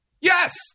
Yes